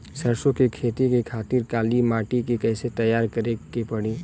सरसो के खेती के खातिर काली माटी के कैसे तैयार करे के पड़ी?